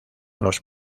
los